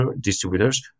distributors